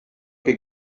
que